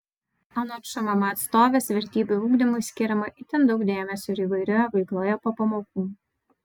anot šmm atstovės vertybių ugdymui skiriama itin daug dėmesio ir įvairioje veikloje po pamokų